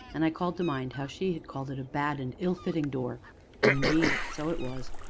and i called to mind how she had called it a bad and ill-fitting door. and indeed so it was.